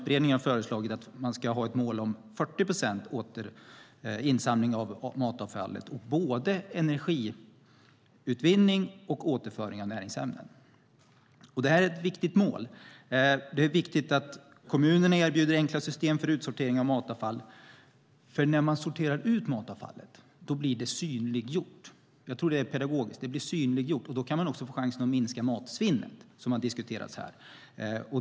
Beredningen föreslår ett mål om 40 procent återinsamling av matavfallet. Det gäller både energiutvinning och återföring av näringsämnen. Detta är ett viktigt mål. Det är viktigt att kommunerna erbjuder enkla system för utsortering av matavfall. När man sorterar ut matavfallet blir det synliggjort. Jag tror att det är pedagogiskt. Då kan man också få chansen att minska matsvinnet, som har diskuterats här.